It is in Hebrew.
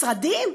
משרדים,